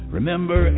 Remember